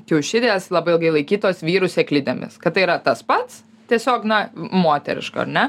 kiaušidės labai ilgai laikytos vyrų sėklidėmis kad tai yra tas pats tiesiog na moteriška ar ne